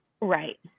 right